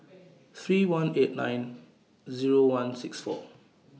three one eight nine Zero one six four